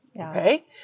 okay